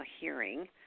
hearing